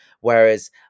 whereas